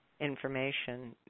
information